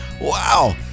wow